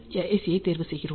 ஐத் தேர்வு செய்கிறோம்